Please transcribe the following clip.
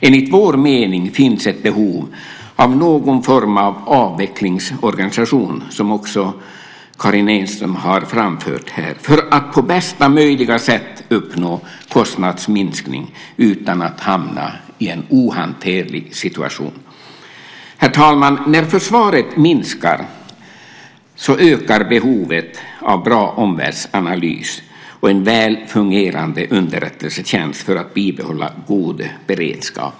Enligt vår mening finns ett behov av någon form av avvecklingsorganisation, som också Karin Enström har framfört här, för att på bästa möjliga sätt uppnå kostnadsminskning utan att hamna i en ohanterlig situation. Herr talman! När försvaret minskar ökar behovet av bra omvärldsanalys och en väl fungerande underrättelsetjänst för att bibehålla god beredskap.